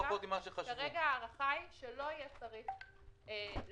כרגע ההערכה היא שלא יהיה צריך להשלים,